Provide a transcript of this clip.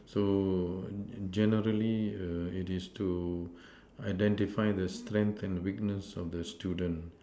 so generally err it is to identify the strength and weakness of the student